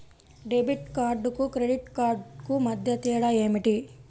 Debit కార్డుకు credit credit కార్డుకు మధ్య తేడా ఏమిటీ?